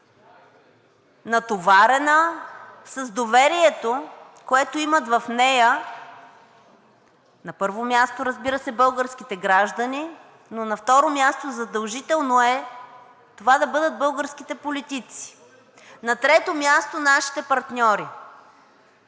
натоварена с доверието, което имат в нея. Разбира се, на първо място са българските граждани, но на второ място е задължително да бъдат българските политици, на трето място, нашите партньори.